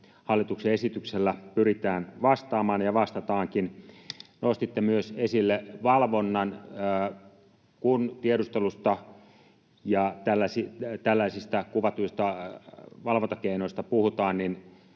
hallituksen esityksellä pyritään vastaamaan ja vastataankin. Nostitte esille myös valvonnan. Kun tiedustelusta ja tällaisista kuvatuista valvontakeinoista puhutaan,